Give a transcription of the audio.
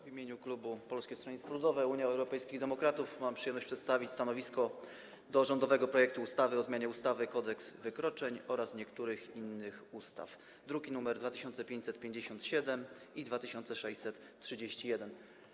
W imieniu klubu Polskiego Stronnictwa Ludowego - Unii Europejskich Demokratów mam przyjemność przedstawić stanowisko wobec rządowego projektu ustawy o zmianie ustawy Kodeks wykroczeń oraz niektórych innych ustaw, druki nr 2557 i nr 2631.